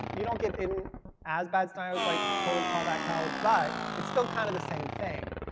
you don't get in as bad styles like a total callback hell, but it's still kind of the same thing.